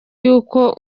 y’uko